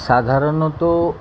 সাধারণত